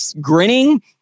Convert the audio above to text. grinning